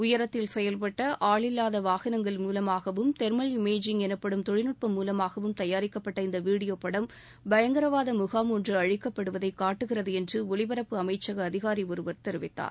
உயரத்தில் செயவ்பட்ட ஆளில்லாத வாகனங்கள் மூலமாகவும் தெர்மல் இமேஜிங் எனப்படும் தொழில் நுட்பம் மூலமாகவும் தயாரிக்கப்பட்ட இந்த வீடியோ படம் பங்கரவாத முகாம் ஒன்று அழிக்கப்படுவதை காட்டுகிறது என்ற ஒலிபரப்பு அமைச்சக அதிகாரி ஒருவர் தெரிவித்தார்